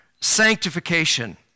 sanctification